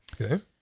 Okay